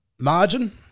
Margin